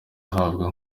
abagwa